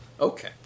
Okay